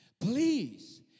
please